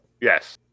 Yes